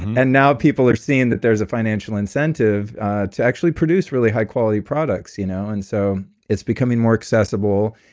and now people are seeing that there's a financial incentive to actually produce really high quality products you know and so it's becoming more accessible,